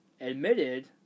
admitted